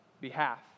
behalf